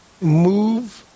move